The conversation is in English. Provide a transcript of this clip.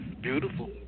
Beautiful